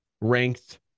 ranked